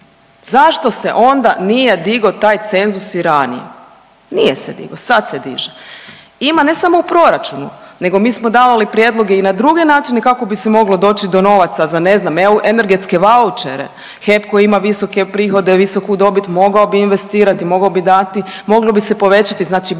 Zašto se onda nije digo taj cenzus i ranije? Nije se digo, sad se diže. Ima ne samo u proračunu nego mi smo davali prijedloge i na druge načine kako bi se moglo doći do novaca za ne znam energetske vaučere, HEP koji ima visoke prihode, visoku dobit, mogao bi investirati, mogao bi dati, moglo bi se